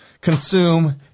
consume